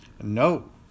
No